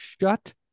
Shut